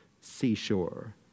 seashore